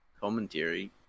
commentary